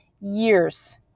years